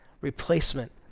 replacement